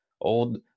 Old